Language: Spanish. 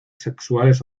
sexuales